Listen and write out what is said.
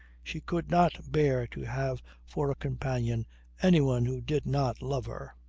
she could not bear to have for a companion anyone who did not love her.